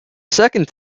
second